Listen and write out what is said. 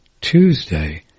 Tuesday